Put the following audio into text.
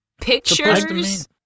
pictures